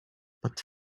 but